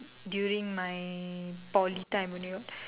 during my Poly time when you